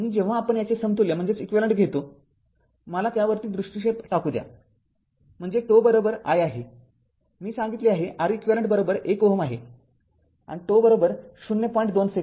म्हणून जेव्हा आपण याचे समतुल्य घेतो मला त्यावरती दृष्टीक्षेप टाकू द्या म्हणून τ I आहे मी सांगितले आहे Req १ Ω आहे आणि τ०